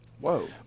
Whoa